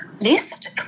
list